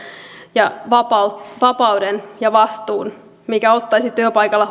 ja vapauden vapauden ja vastuun mikä ottaisi työpaikalla